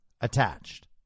attached